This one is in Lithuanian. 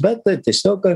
bet tiesiog